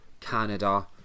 Canada